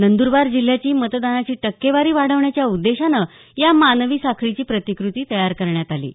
नंद्रबार जिल्ह्याची मतदानाची टक्केवारी वाढवण्याच्या उद्देशानं या मानवी साखळीची प्रतिकृती तयार करण्यात आली होती